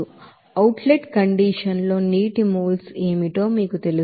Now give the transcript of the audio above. అయితే outlet condition లో నీటి మోల్స్ ఏమిటో మీకు తెలుసు